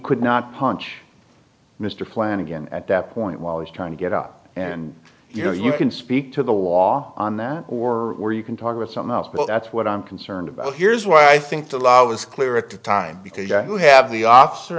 could not punch mr plan again at that point while he's trying to get up and you know you can speak to the law on that or where you can talk about something else but that's what i'm concerned about here's why i think the law was clear at the time because you have the o